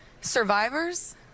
survivors